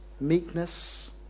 meekness